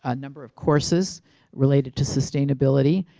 ah number of courses related to sustainability.